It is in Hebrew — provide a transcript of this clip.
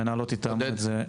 המנהלות יתאמו זאת ביניהן.